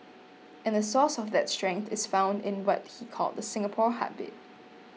and the source of that strength is founded in what he called the Singapore heartbeat